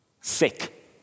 sick